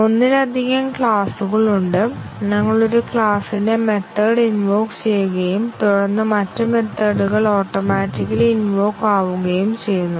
ഒന്നിലധികം ക്ലാസുകളുണ്ട് ഞങ്ങൾ ഒരു ക്ലാസിന്റെ മെത്തേഡ് ഇൻവോക് ചെയ്യുകയും തുടർന്ന് മറ്റ് മെത്തേഡ്കൾ ഓട്ടോമാറ്റിക്കലി ഇൻവോക് ആവുകയും ചെയ്യുന്നു